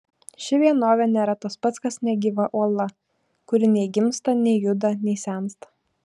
ši vienovė nėra tas pat kas negyva uola kuri nei gimsta nei juda nei sensta